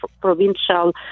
provincial